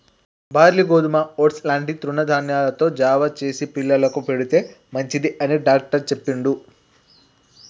barley గోధుమ oats లాంటి తృణ ధాన్యాలతో జావ చేసి పిల్లలకు పెడితే మంచిది అని డాక్టర్ చెప్పిండు